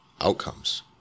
outcomes